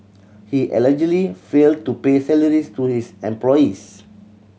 he allegedly failed to pay salaries to his employees